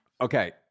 Okay